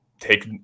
take